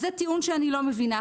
זה טיעון שאני לא מבינה.